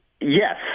Yes